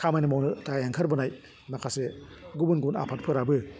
खामानि मावनो थाखाय ओंखार बोनाय माखासे गुबुन गुबुन आफादफोराबो